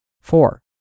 Four